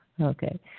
Okay